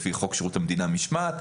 לפי חוק שירות המדינה (משמעת),